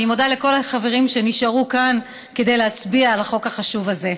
אני מודה לכל החברים שנשארו כאן כדי להצביע על החוק החשוב הזה.